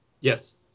Yes